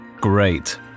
Great